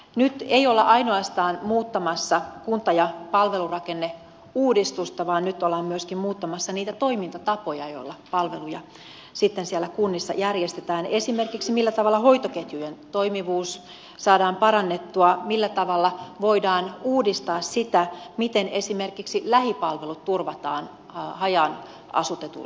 nyt ei olla ainoastaan muuttamassa kunta ja palvelurakennetta vaan nyt ollaan myöskin muuttamassa niitä toimintatapoja joilla palveluja sitten siellä kunnissa järjestetään esimerkiksi sitä millä tavalla hoitoketjujen toimivuus saadaan parannettua millä tavalla voidaan uudistaa sitä miten esimerkiksi lähipalvelut turvataan haja asutetuilla seuduilla